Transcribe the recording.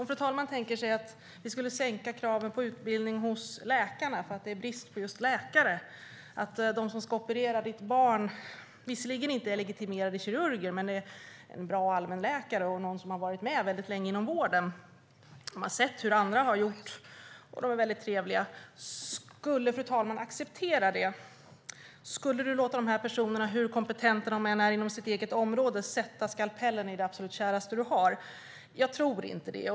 Låt oss tänka oss att vi skulle sänka kraven på utbildning hos läkarna eftersom det är brist på just läkare. Den som ska operera ditt barn är visserligen inte legitimerad kirurg men är en bra allmänläkare, har varit med länge inom vården, har sett hur andra gjort och är trevlig. Skulle fru talmannen acceptera det? Skulle du låta personen, hur kompetent denne än är inom sitt eget område, sätta skalpellen i det absolut käraste du har? Jag tror inte det.